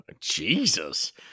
jesus